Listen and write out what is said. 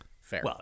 Fair